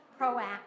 proactive